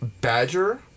Badger